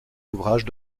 ouvrages